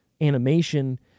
animation